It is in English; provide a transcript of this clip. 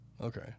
Okay